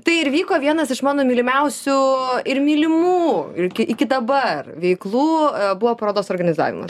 tai ir vyko vienas iš mano mylimiausių ir mylimų ilki iki dabar veiklų buvo parodos organizavimas